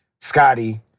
Scotty